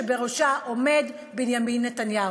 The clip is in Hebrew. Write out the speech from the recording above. שבראשה עומד בנימין נתניהו.